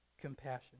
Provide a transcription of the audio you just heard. compassion